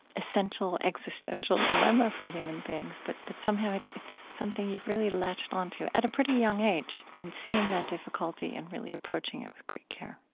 existential existential dilemma for human beings. but but somehow it's something you've really latched onto at a pretty young age. i mean, seeing that difficulty and really approaching it with great care